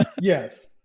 Yes